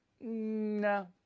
No